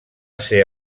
ser